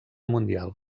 mundial